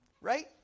right